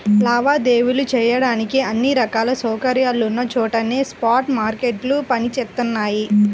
లావాదేవీలు చెయ్యడానికి అన్ని రకాల సౌకర్యాలున్న చోటనే స్పాట్ మార్కెట్లు పనిచేత్తయ్యి